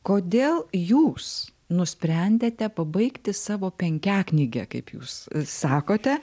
kodėl jūs nusprendėte pabaigti savo penkiaknygę kaip jūs sakote